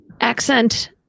accent